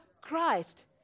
Christ